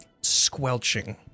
squelching